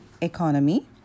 economy